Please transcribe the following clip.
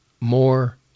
more